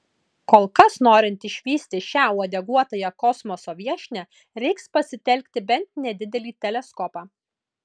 kol kas norint išvysti šią uodeguotąją kosmoso viešnią reiks pasitelkti bent nedidelį teleskopą